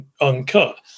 uncut